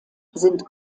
sind